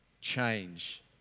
change